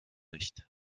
nicht